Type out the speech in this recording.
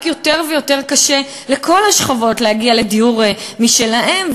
רק יותר ויותר קשה לכל השכבות להגיע לדיור משלהן,